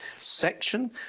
section